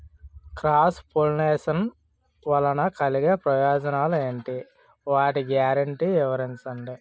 Cross pollination వలన కలిగే ప్రయోజనాలు ఎంటి? వాటి గ్యారంటీ వివరించండి?